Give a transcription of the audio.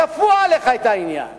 כפו עליך את העניין.